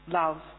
love